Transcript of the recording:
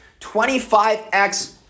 25x